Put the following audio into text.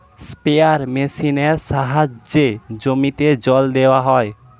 sprayer মেশিনের সাহায্যে জমিতে জল দেওয়া হয়